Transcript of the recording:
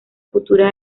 futura